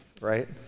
right